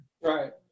right